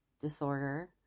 disorder